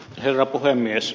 herra puhemies